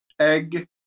egg